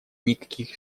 никаких